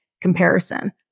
comparison